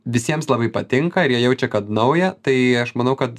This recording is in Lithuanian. visiems labai patinka ir jie jaučia kad nauja tai aš manau kad